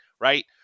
right